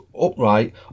upright